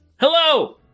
hello